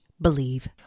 believe